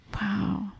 Wow